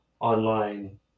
online